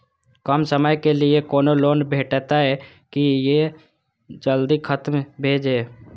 कम समय के लीये कोनो लोन भेटतै की जे जल्दी खत्म भे जे?